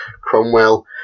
Cromwell